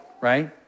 right